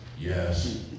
yes